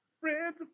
Friends